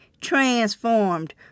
transformed